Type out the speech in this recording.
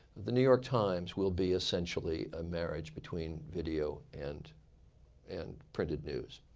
the new york times will be essentially a marriage between video and and printed news.